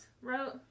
wrote